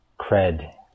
cred